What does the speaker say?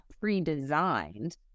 pre-designed